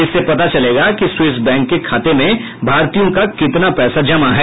इससे पता चलेगा कि स्विस बैंक के खाते में भारतीयों का कितना पैसा जमा है